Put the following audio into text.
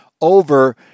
over